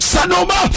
Sanoma